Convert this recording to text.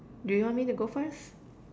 do you want me to go first